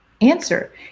answer